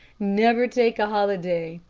never take a holiday.